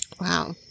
Wow